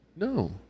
No